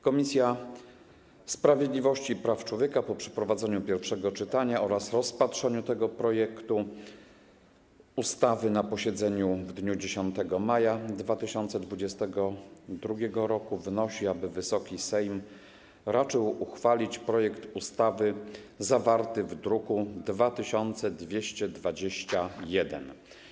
Komisja Sprawiedliwości i Praw Człowieka po przeprowadzeniu pierwszego czytania oraz rozpatrzeniu tego projektu ustawy na posiedzeniu w dniu 10 maja 2022 r. wnosi, aby Wysoki Sejm raczył uchwalić projekt ustawy zawarty w druku nr 2221.